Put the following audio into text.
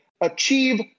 achieve